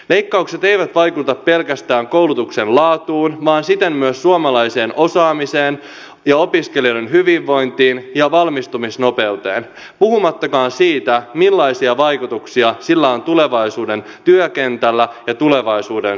leikkaukset eivät vaikuta pelkästään koulutuksen laatuun vaan siten myös suomalaiseen osaamiseen ja opiskelijoiden hyvinvointiin ja valmistumisnopeuteen puhumattakaan siitä millaisia vaikutuksia sillä on tulevaisuuden työkentälle ja tulevaisuuden suomelle